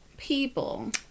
people